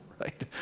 right